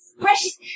Precious